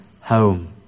home